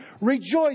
Rejoice